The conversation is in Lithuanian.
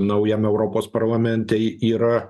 naujam europos parlamente yra